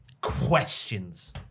Questions